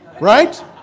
Right